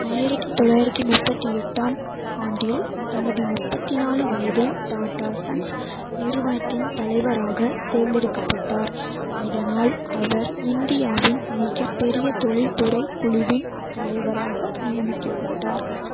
ஆயிரத்தி தொள்ளாயிரத்தி முப்பத்தி எட்டாம் ஆண்டில் தனது முப்பத்தி நாலு வயதில் டாடா சன்ஸ் நிறுவனத்தின் தலைவராக தேர்ந்தெடுக்கப்பட்டார் இதனால் அவர் இந்தியாவின் மிகப்பெரிய தொழில்துறை குழுவின் தலைவராக நியமிக்கப்பட்டார்